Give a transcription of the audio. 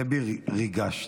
דבי, ריגשת,